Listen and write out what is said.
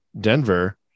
Denver